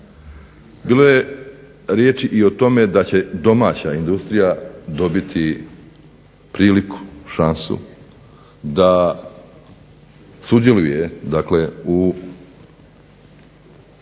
Bilo je riječi i o tome da će domaća industrija dobiti priliku šansu da sudjeluje,